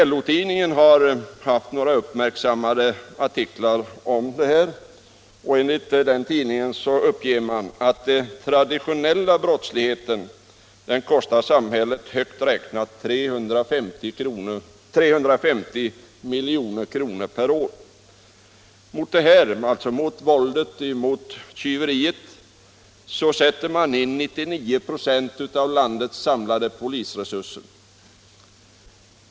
LO-tidningen har haft några uppmärksammade artiklar om förhållandet. Tidningen uppger att den traditionella brottsligheten kostar samhället högt räknat 350 milj.kr. per år. Mot våldet och tjuveriet sätter man in 99 96 av landets samlade polisresurser.